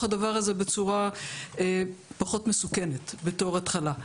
הדבר הזה בצורה פחות מסוכנת בתור התחלה.